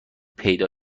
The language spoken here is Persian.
پیدا